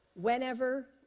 whenever